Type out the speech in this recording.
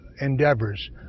endeavors